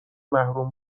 محروم